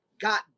got